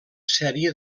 sèrie